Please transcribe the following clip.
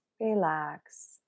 relax